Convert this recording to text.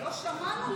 לא שמענו,